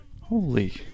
Holy